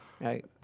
right